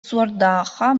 суордаахха